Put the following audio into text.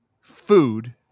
food